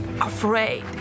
afraid